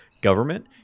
government